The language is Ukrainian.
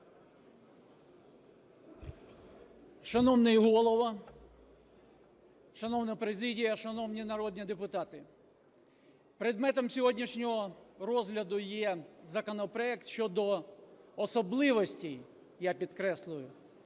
Шановний Голово, шановна президія, шановні народні депутати! Предметом сьогоднішнього розгляду є законопроект щодо особливостей, я підкреслюю,